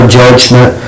judgment